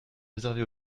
réservée